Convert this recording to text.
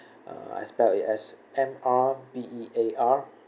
I spell it as M_R_B_E_A_R